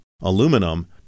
aluminum